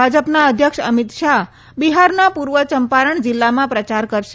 ભાજપના અધ્યક્ષ અમીત શાહ બિહારના પૂર્વ ચંપારણ જિલ્લામાં પ્રચાર કરશે